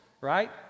right